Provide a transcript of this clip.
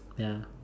ya